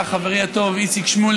חבריי חברי הכנסת, חברי צחי אביטן היקר,